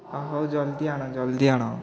ହେଉ ଜଲ୍ଦି ଆଣ ଜଲ୍ଦି ଆଣ